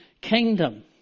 kingdom